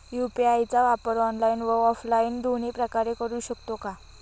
UPI चा वापर online व ऑफलाईन दोन्ही प्रकारे करु शकतो का?